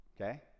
Okay